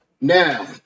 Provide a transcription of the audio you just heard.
Now